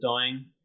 Dying